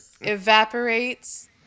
Evaporates